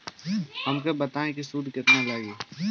हमका बताई कि सूद केतना लागी?